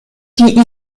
die